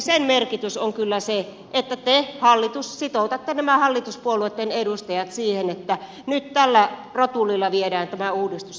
sen merkitys on kyllä se että te hallitus sitoutatte nämä hallituspuolueitten edustajat siihen että nyt tällä rotulilla viedään tämä uudistus eteenpäin